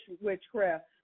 witchcraft